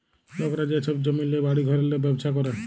লকরা যে ছব জমিল্লে, বাড়ি ঘরেল্লে ব্যবছা ক্যরে